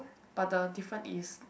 but the different is